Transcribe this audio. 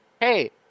hey